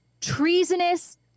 treasonous